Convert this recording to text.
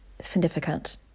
significant